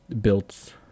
built